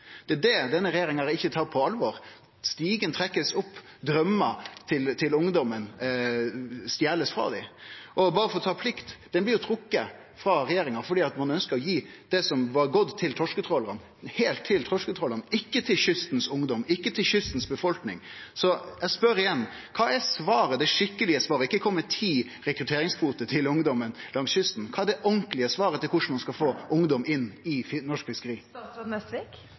Det er det denne regjeringa ikkje tar på alvor. Stigen blir trekt opp, draumane til ungdommen blir stolne frå dei. Og berre for å ta dette med plikt: Ho blir jo trekt frå regjeringa fordi ein ønskjer å gi det som var gått til torsketrålarane, berre til torsketrålarane – ikkje til kystens ungdom, ikkje til kystens befolkning. Så eg spør igjen: Kva er svaret, det skikkelege svaret? Ikkje kom med ti rekrutteringskvoter til ungdommen langs kysten – kva er det ordentlege svaret på korleis ein skal få ungdom inn i norsk